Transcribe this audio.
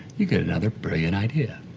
you get another brilliant idea,